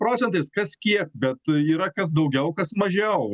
procentais kas kiek bet yra kas daugiau kas mažiau